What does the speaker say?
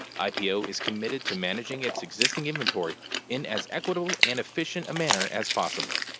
ipo is committed to managing its existing inventory in as equitable and efficient a manner as possible.